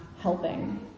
helping